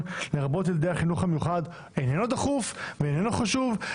לרבות ילדי החינוך המיוחד איננו דחוף ואיננו חשוב?